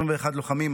21 לוחמים.